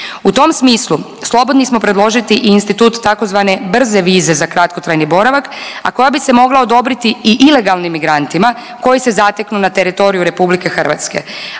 U tom smislu slobodni smo predložiti i institut tzv. brze vize za kratkotrajni boravak, a koja bi se mogla odobriti i ilegalnim migrantima koji se zateknu na teritoriju Republike Hrvatske,